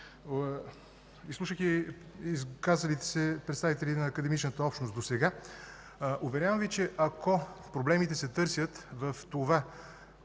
Изслушах и изказалите се представители на академичната общност досега. Уверявам Ви, че ако проблемите се търсят в това,